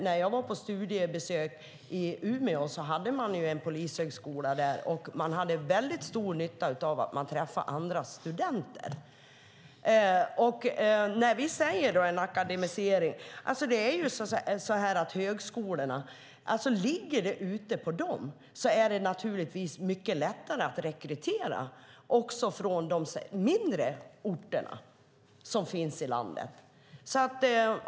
När jag var på studiebesök vid Polishögskolan i Umeå visade det sig att de har stor nytta av att träffa andra studenter. Vad gäller akademisering vill jag säga att om det ligger på högskolorna är det naturligtvis mycket lättare att rekrytera också från de mindre orterna i landet.